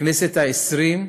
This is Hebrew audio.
הכנסת העשרים,